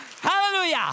Hallelujah